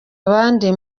abandi